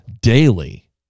daily